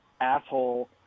asshole